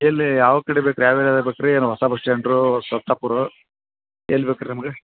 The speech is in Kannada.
ಎಲ್ಲಿ ಯಾವ ಕಡೆ ಬೇಕು ರೀ ಯಾವ ಏರ್ಯಾದಾಗ ಬೇಕು ರೀ ಏನು ಹೊಸ ಬಸ್ ಸ್ಟ್ಯಾಂಡ್ರು ಸೌತಾಪುರ್ ಎಲ್ಲಿ ಬೇಕು ರೀ ನಿಮ್ಗೆ